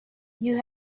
you